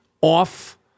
off